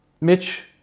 Mitch